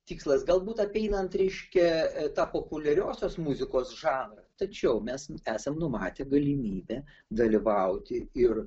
tikslas galbūt apeinant reiškia tą populiariosios muzikos žanrą tačiau mes esam numatę galimybę dalyvauti ir